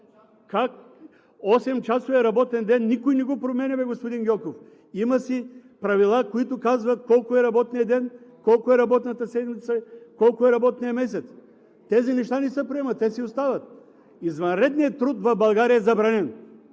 Осемчасовият работен ден никой не го променя, господин Гьоков. Има си правила, които казват колко е работният ден, колко е работната седмица, колко е работният месец. Теза неща не се променят, те си остават. Извънредният труд в България е забранен!